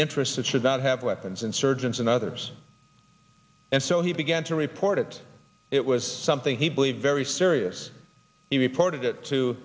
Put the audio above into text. interested should not have weapons insurgents and others and so he began to report it it was something he believed very serious he reported it to